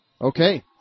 Okay